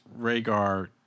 Rhaegar